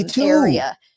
area